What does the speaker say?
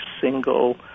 single